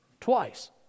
twice